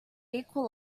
equal